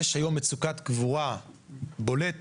יש היום מצוקת קבורה בולטת,